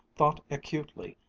thought acutely,